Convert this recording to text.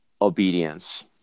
obedience